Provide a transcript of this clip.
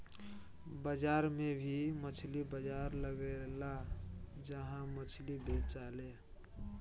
बाजार में भी मछली बाजार लगेला जहा मछली बेचाले